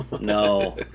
No